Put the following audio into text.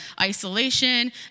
isolation